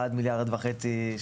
עד 1.5 מיליארד שקלים,